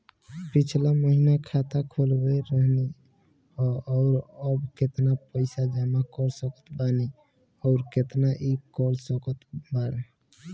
पिछला महीना खाता खोलवैले रहनी ह और अब केतना पैसा जमा कर सकत बानी आउर केतना इ कॉलसकत बानी?